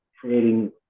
creating